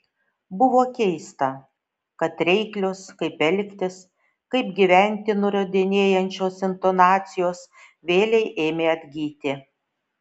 buvo keista kad reiklios kaip elgtis kaip gyventi nurodinėjančios intonacijos vėlei ėmė atgyti